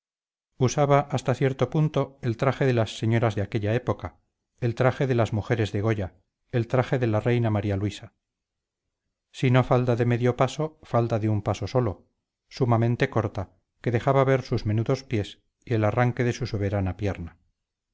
usaba hasta cierto punto el traje de las señoras de aquella época el traje de las mujeres de goya el traje de la reina maría luisa si no falda de medio paso falda de un paso solo sumamente corta que dejaba ver sus menudos pies y el arranque de su soberana pierna